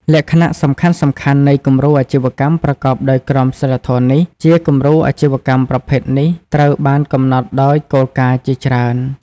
លក្ខណៈសំខាន់ៗនៃគំរូអាជីវកម្មប្រកបដោយក្រមសីលធម៌នេះជាគំរូអាជីវកម្មប្រភេទនេះត្រូវបានកំណត់ដោយគោលការណ៍ជាច្រើន ។